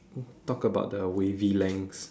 talk about the wavy lengths